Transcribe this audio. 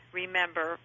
remember